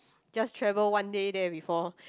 just travel one day there before